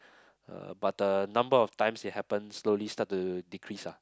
uh but the number of times it happens slowly start to decrease ah